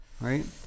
right